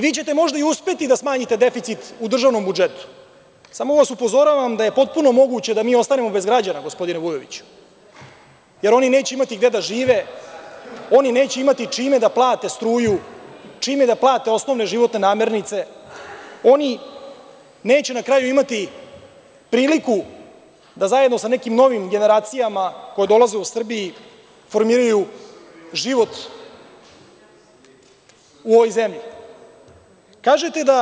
Vi ćete možda i uspeti da smanjite deficit u državnom budžetu, samo vas upozoravam da je potpuno moguće da mi ostanemo bez građana, gospodine Vujoviću, jer oni neće imati gde da žive, oni neće imati čime da plate struju, čime da plate osnovne životne namirnice, oni neće na kraju imati priliku da zajedno sa nekim drugim generacijama koje dolaze u Srbiji formiraju život u ovoj zemlji.